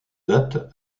date